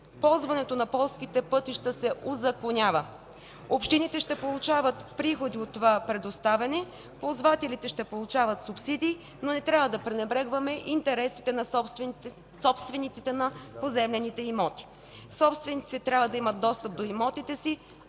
ползването на полските пътища се узаконява. Общините ще получават приходи от това предоставяне, ползвателите ще получават субсидии, но не трябва да пренебрегваме интересите на собствениците на поземлените имоти. Собствениците трябва да имат достъп до имотите си,